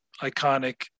iconic